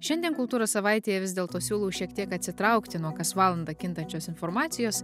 šiandien kultūros savaitėje vis dėlto siūlau šiek tiek atsitraukti nuo kas valandą kintančios informacijos